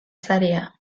zarea